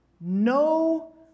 No